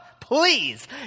please